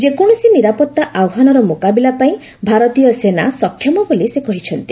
ଯେକୌଣସି ନିରାପତ୍ତା ଆହ୍ୱାନର ମୁକାବିଲା ପାଇଁ ଭାରତୀୟ ସେନା ସକ୍ଷମ ବୋଲି ସେ କହିଛନ୍ତି